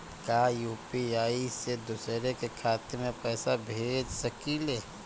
का यू.पी.आई से दूसरे के खाते में पैसा भेज सकी ले?